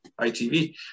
ITV